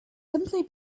simply